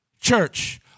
Church